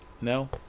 No